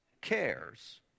cares